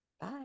Bye